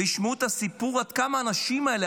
וישמעו את הסיפור עד כמה האנשים האלה,